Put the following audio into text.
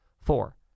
Four